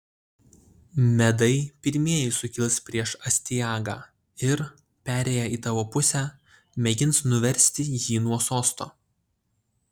medai pirmieji sukils prieš astiagą ir perėję į tavo pusę mėgins nuversti jį nuo sosto